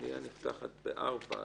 המליאה נפתחת ב-16:00,